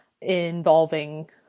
involving